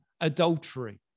adultery